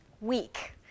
week